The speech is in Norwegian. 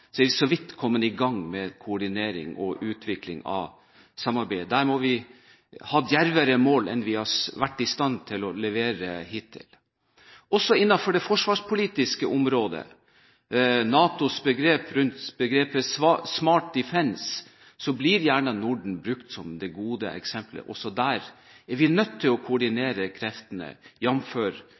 vi så vidt kommet i gang med koordinering og utvikling av samarbeidet. Der må vi ha djervere mål enn det vi har vært i stand til å levere hittil. Også innenfor det forsvarspolitiske området – NATOs begrep «Smart Defence» – blir Norden gjerne brukt som det gode eksempelet. Også der er vi nødt til å koordinere kreftene